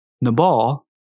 Nabal